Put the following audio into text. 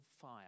fire